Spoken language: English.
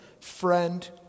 Friend